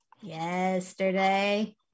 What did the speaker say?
yesterday